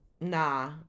nah